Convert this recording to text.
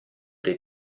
dei